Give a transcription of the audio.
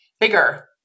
bigger